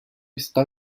está